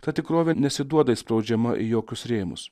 ta tikrovė nesiduoda įspraudžiama į jokius rėmus